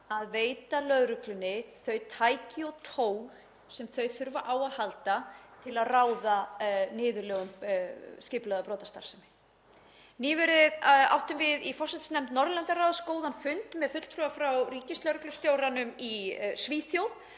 að veita lögreglunni þau tæki og tól sem þau þurfa á að halda til að ráða niðurlögum skipulagðrar brotastarfsemi. Nýverið áttum við í forsætisnefnd Norðurlandaráðs góðan fund með fulltrúa frá ríkislögreglustjóranum í Svíþjóð